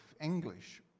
English